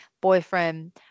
boyfriend